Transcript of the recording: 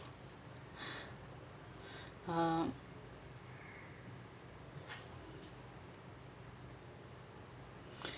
um